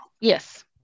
Yes